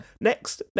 next